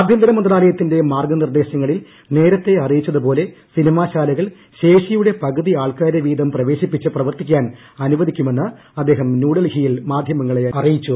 ആഭൃന്തര മന്ത്രാലയത്തിന്റെ മാർഗ്ഗനിർദ്ദേശങ്ങളിൽ നേരത്തെ അറിയിച്ചതുപോലെ സിനിമാ ് ശ്രാലകൾ ശേഷിയുടെ പകുതി ആൾക്കാരെ വീതം പ്രിവേശിപ്പിച്ച് പ്രവർത്തിക്കാൻ അനുവദിക്കുമെന്ന് അദ്ദേഹം ന്യൂഡൽഹിയിൽ മാധ്യമങ്ങളെ അറിയിച്ചു